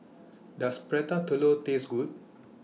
Does Prata Telur Taste Good